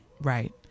Right